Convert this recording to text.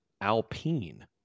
Alpine